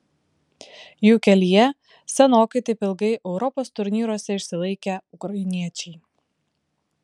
jų kelyje senokai taip ilgai europos turnyruose išsilaikę ukrainiečiai